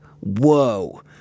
whoa